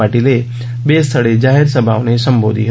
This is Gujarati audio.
પાટીલે બે સ્થળે જાહેરસભાઓને સંબોધી હતી